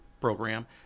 program